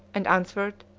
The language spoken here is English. and answered,